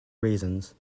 reasons